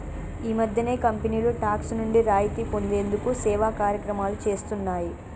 ఈ మధ్యనే కంపెనీలు టాక్స్ నుండి రాయితీ పొందేందుకు సేవా కార్యక్రమాలు చేస్తున్నాయి